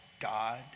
God